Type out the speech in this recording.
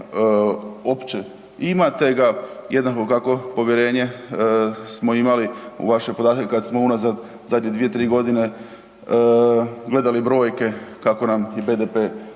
opće imate ga, jednako kako povjerenje smo imali u vaše podatke kad smo unazad zadnje 2-3 godine gledali brojke kako nam i BDP u